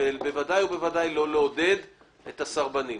ובוודאי ובוודאי לא לעודד את הסרבנים.